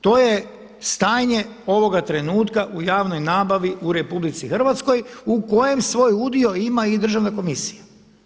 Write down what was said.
To je stanje ovoga trenutka u javnoj nabavi u RH u kojem svoj udio ima i Državna komisija.